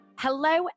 Hello